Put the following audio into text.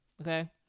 okay